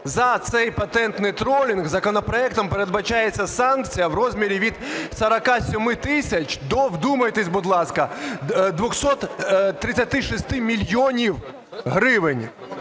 за цей патентний тролінг законопроектом передбачається санкція в розмірі від 47 тисяч до – вдумайтесь, будь ласка! – 236 мільйонів гривень,